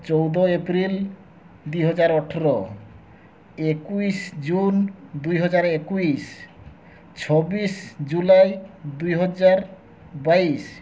ଚଉଦ ଏପ୍ରିଲ୍ ଦୁଇ ହଜାର ଅଠର ଏକୋଇଶ ଜୁନ୍ ଦୁଇ ହଜାର ଏକୋଇଶ ଛବିଶ ଜୁଲାଇ ଦୁଇ ହଜାର ବାଇଶ